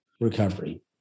recovery